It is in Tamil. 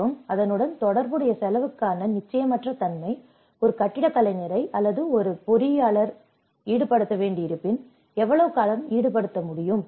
மற்றும் அதனுடன் தொடர்புடைய செலவுக்கான நிச்சயமற்ற தன்மை ஒரு கட்டிடக் கலைஞர் அல்லது ஒரு ஒரு பொறியியலாளர் ஈடுபடுத்த வேண்டியிருப்பின் எவ்வளவு காலம் ஈடுபடமுடியும்